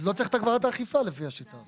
אז לא צריך את הגברת האכיפה לפי השיטה הזאת.